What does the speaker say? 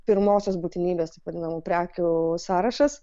pirmosios būtinybės vadinamų prekių sąrašas